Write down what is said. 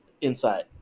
insight